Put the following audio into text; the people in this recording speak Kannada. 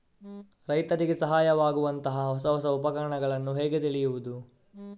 ರೈತರಿಗೆ ಸಹಾಯವಾಗುವಂತಹ ಹೊಸ ಹೊಸ ಉಪಕರಣಗಳನ್ನು ಹೇಗೆ ತಿಳಿಯುವುದು?